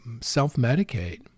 self-medicate